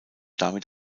damit